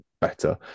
better